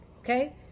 okay